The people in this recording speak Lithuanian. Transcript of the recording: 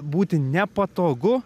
būti nepatogu